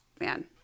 man